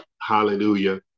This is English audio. hallelujah